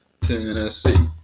Tennessee